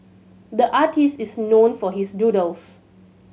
the artist is known for his doodles